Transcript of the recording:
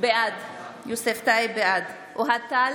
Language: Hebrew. בעד אוהד טל,